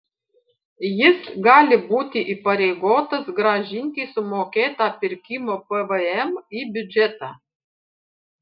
jis gali būti įpareigotas grąžinti sumokėtą pirkimo pvm į biudžetą